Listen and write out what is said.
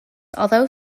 although